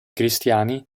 cristiani